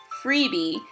freebie